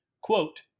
quote